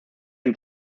and